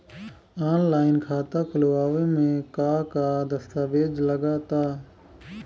Online खाता खूलावे म का का दस्तावेज लगा ता?